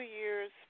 years